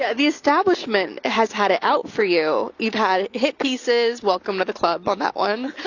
ah the establishment has had it out for you. you've had hit pieces. welcome to the club on that one.